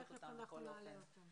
לפחות לשורת השאלות ששלחנו לפני הדיון.